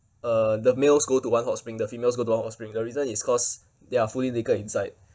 uh the males go to one hot spring the females go to one hot spring the reason is cause they're fully naked inside